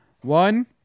One